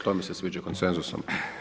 To mi se sviđa konsenzusom.